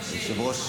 האחרות,